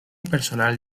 personal